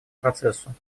процессу